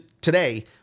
today